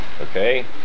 okay